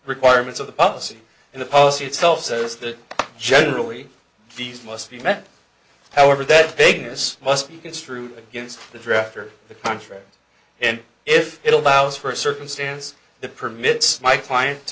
requirements of the policy in the post itself says that generally these must be met however that vagueness must be construed against the drafter the contract and if it allows for a circumstance that permits my client